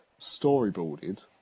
storyboarded